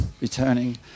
returning